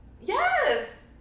yes